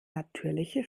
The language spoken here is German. natürliche